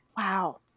Wow